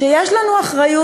שיש לנו אחריות,